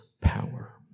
power